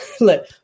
Look